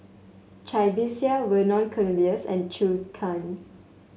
Cai Bixia Vernon Cornelius and Zhou Can